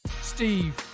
Steve